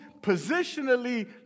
positionally